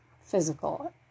physical